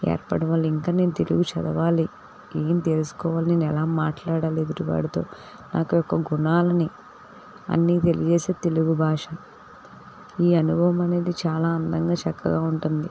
ఏర్పడం వల్ల ఇంకా నేను తెలుగు చదవాలి ఏం తెలుసుకోవాలి నేను ఎలా మాట్లాడాలి ఎదుటివాడితో నాకొక గుణాలని అన్నీ తెలియజేసే తెలుగు భాష ఈ అనుభవం అనేది చాలా అందంగా చక్కగా ఉంటుంది